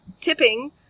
tipping